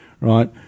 right